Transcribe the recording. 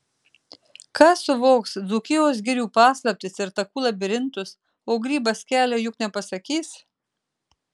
kas suvoks dzūkijos girių paslaptis ir takų labirintus o grybas kelio juk nepasakys